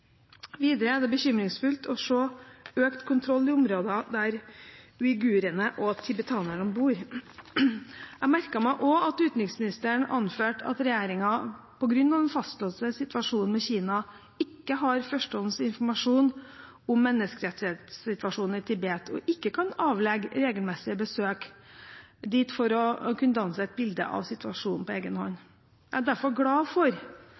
Videre er det bekymringsfullt å se økt kontroll i områder der uighurene og tibetanerne bor. Jeg merket meg også at utenriksministeren anførte at regjeringen på grunn av den fastlåste situasjonen med Kina ikke har førstehåndsinformasjon om menneskerettighetssituasjonen i Tibet og ikke kan avlegge regelmessige besøk der for å kunne danne seg et bilde av situasjonen på egen hånd. Jeg er derfor glad for